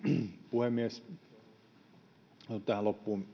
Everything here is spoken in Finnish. puhemies haluan tähän loppuun